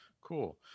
Cool